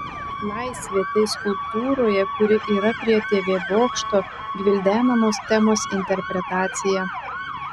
laisvė tai skulptūroje kuri yra prie tv bokšto gvildenamos temos interpretacija